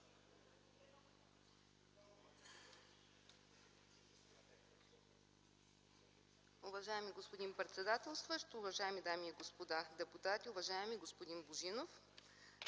Уважаеми господин председателстващ, уважаеми дами и господа депутати, уважаеми господин Божинов!